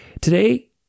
Today